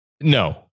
No